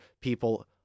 people